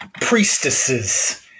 priestesses